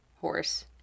horse